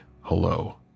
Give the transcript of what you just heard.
hello